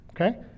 okay